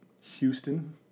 Houston